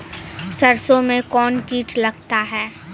सरसों मे कौन कीट लगता हैं?